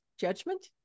judgment